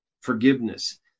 forgiveness